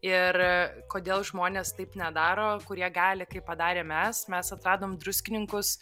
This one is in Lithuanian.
ir kodėl žmonės taip nedaro kurie gali kaip padarėm mes mes atradom druskininkus